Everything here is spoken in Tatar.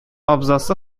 абзасы